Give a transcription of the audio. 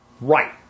right